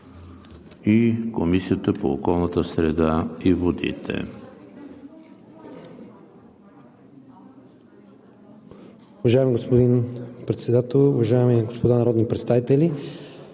на Комисията по околната среда и водите.